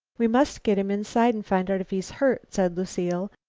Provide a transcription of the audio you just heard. we must get him inside and find out if he is hurt, said lucile,